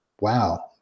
wow